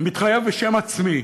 מתחייב בשם עצמי: